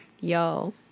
Yo